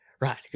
Right